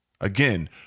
Again